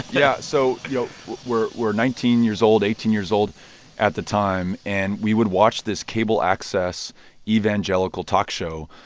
yeah. so, you know, we're we're nineteen years old, eighteen years old at the time. and we would watch this cable access evangelical talk show.